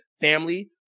family